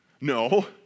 No